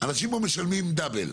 אנשים פה משלמים דאבל.